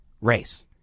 race